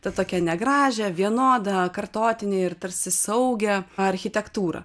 tą tokią negražią vienodą kartotinę ir tarsi saugią architektūrą